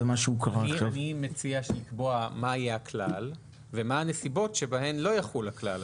אני מציע לקבוע מה יהיה הכלל ומה הנסיבות שבהן לא יחול הכלל הזה.